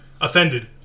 offended